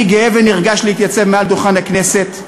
אני גאה ונרגש להתייצב מעל דוכן הכנסת,